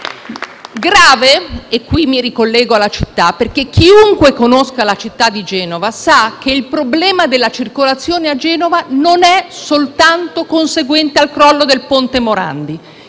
grave, e qui mi ricollego alla città, perché chiunque conosca la città di Genova sa che il problema della circolazione non è soltanto conseguente al crollo del ponte Morandi.